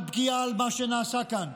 על פגיעה על מה שנעשה כאן,